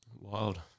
Wild